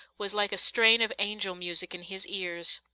was like a strain of angel music in his ears.